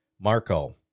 Marco